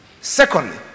Secondly